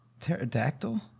pterodactyl